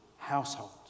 household